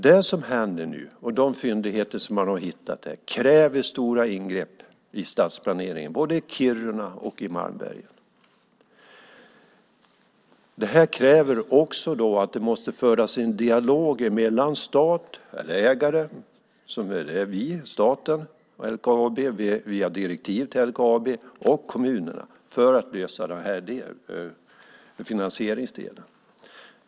Det som händer nu med de fyndigheter som man har hittat kräver stora ingrepp i stadsplaneringen i både Kiruna och Malmberget. Det krävs också att det förs en dialog mellan ägaren - det är vi, staten, som är ägare och styr LKAB via direktiv - och kommunerna för att lösa finansieringsdelen.